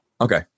Okay